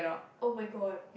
[oh]-my-god